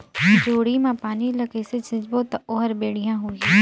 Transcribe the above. जोणी मा पानी ला कइसे सिंचबो ता ओहार बेडिया होही?